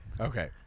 Okay